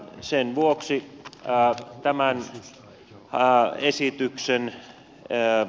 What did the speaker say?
sen vuoksi päättämänsä ja esitykseen e e